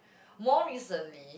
more recently